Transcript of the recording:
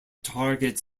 targets